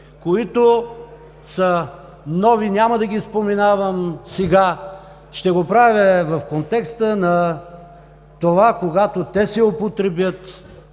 които са нови. Няма да ги споменавам сега. Ще го правя в контекста на това, когато те се употребят.